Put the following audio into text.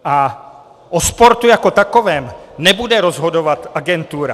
A o sportu jako takovém nebude rozhodovat agentura.